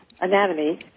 anatomy